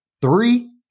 three